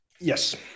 yes